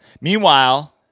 meanwhile